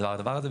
בדבר הדבר הזה,